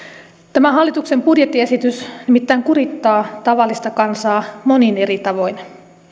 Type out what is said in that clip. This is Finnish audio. tämä hallituksen budjettiesitys nimittäin kurittaa tavallista kansaa monin eri tavoin